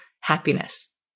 happiness